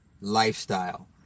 lifestyle